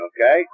okay